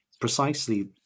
precisely